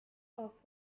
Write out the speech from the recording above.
off